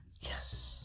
yes